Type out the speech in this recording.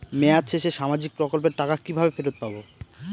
মেয়াদ শেষে সামাজিক প্রকল্পের টাকা কিভাবে ফেরত পাবো?